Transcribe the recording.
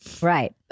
Right